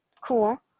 cool